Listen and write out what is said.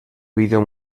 video